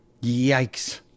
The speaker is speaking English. Yikes